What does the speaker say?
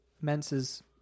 menses